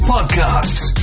Podcasts